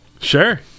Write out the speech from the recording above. sure